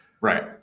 right